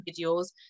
videos